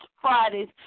Fridays